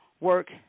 work